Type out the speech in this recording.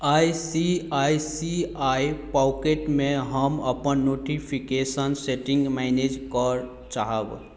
I C I C I pocket मे हम अपन नोटिफिकेशन सेटिंग मैनेज कर चाहब